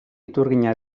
iturgina